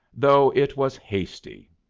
though it was hasty.